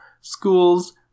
schools